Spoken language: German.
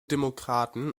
demokraten